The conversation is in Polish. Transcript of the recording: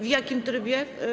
W jakim trybie?